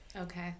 Okay